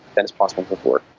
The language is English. that is possible before.